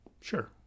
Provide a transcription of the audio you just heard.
Sure